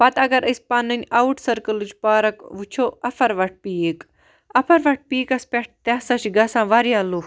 پَتہٕ اگر أسۍ پَنٕنۍ اَوُٹ سیٚرکٕلِچ پارَک وٕچھو اَفروَٹھ پیٖک اَفروَٹھ پیٖکَس پٮ۪ٹھ تِہ ہسا چھِ گَژھان واریاہ لُکھ